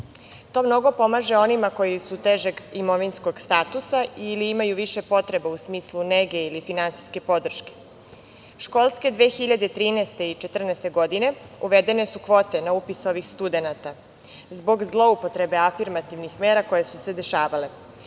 To mnogo pomaže onima koji su težeg imovinskog statusa i imaju više potrebe u smislu nege ili finansijske podrške. Školske 2013/2014. godine uvedene su kovite na upis ovih studenata zbog zloupotrebe afirmativnih mera koje su se dešavale.